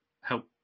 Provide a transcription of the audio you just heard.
help